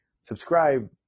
Subscribe